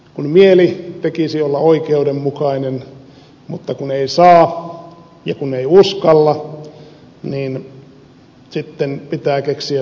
kun mieli tekisi olla oikeudenmukainen mutta kun ei saa ja kun ei uskalla niin sitten pitää keksiä selityksiä